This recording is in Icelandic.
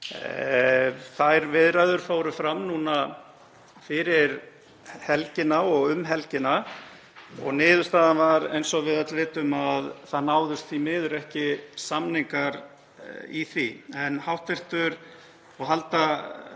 Þær viðræður fóru fram núna fyrir helgina og um helgina og niðurstaðan var, eins og við öll vitum, að það náðust því miður ekki samningar. En vonandi verður hægt